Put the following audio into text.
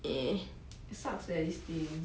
sucks leh this thing